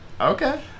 Okay